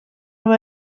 nhw